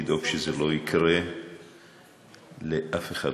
ולדאוג שזה לא יקרה לאף אחד,